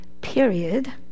period